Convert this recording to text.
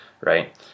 right